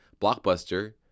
Blockbuster